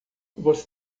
você